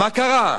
מה קרה?